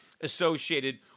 associated